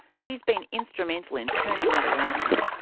he's been instrumental in turning that around.